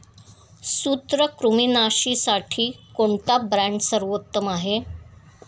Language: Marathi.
सूत्रकृमिनाशीसाठी कोणता ब्रँड सर्वोत्तम आहे?